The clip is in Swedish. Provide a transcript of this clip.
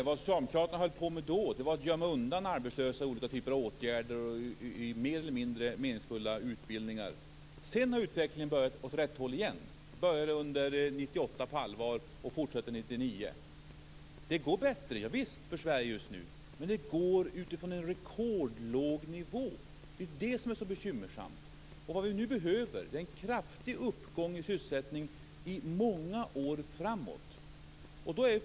Vad socialdemokraterna då höll på med var att gömma undan arbetslösa i olika åtgärder, i mer eller mindre meningsfulla utbildningar. Sedan har utvecklingen gått åt rätt håll igen. Det började på allvar 1998 och fortsätter 1999. Visst går det bättre för Sverige just nu, men det går från en rekordlåg nivå. Det är det som är så bekymmersamt. Vad vi nu behöver är en kraftig uppgång i sysselsättning många år framåt.